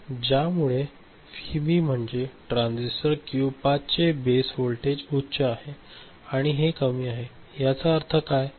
ज्यामुळे व्हीबी म्हणजे transistor Q 5 चे बेस व्होल्टेज उच्च आहे आणि हे कमी आहे याचा अर्थ काय आहे